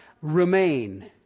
remain